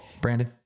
Brandon